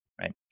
right